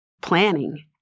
planning